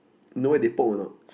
you know where they poke or not